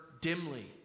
dimly